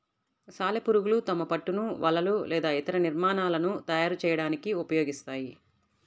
సాలెపురుగులు తమ పట్టును వలలు లేదా ఇతర నిర్మాణాలను తయారు చేయడానికి ఉపయోగిస్తాయి